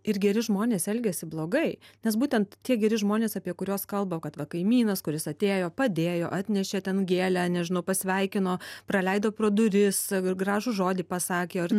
ir geri žmonės elgiasi blogai nes būtent tie geri žmonės apie kuriuos kalba kad va kaimynas kuris atėjo padėjo atnešė ten gėlę nežinau pasveikino praleido pro duris ir gražų žodį pasakė ar